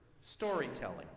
storytelling